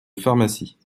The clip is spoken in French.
pharmacie